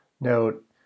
note